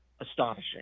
astonishing